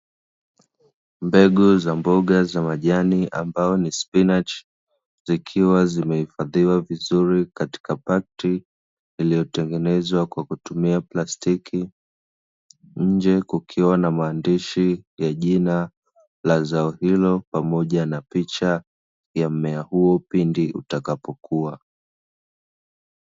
Mbegu za mboga za majani ambao ni spinach zikiwa zimehifadhiwa vizuri katika pakti liliotengenezwa kwa kutumia plastiki, nje kukiwa na maandishi ya jina la zao hilo pamoja na picha ya mmea huo pindi utakapokua.